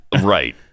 right